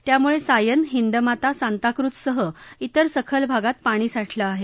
त्यामुळे सायन हिंदमाता सांताक्रूझसह इतर सखल भागात पाणी साठलं आहे